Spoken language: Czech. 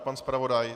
Pan zpravodaj?